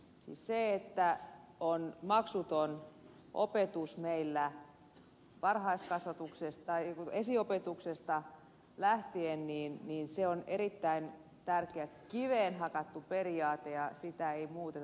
siis se että meillä on maksuton opetus esiopetuksesta lähtien on erittäin tärkeä kiveen hakattu periaate ja sitä ei muuteta muuksi